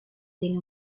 tiene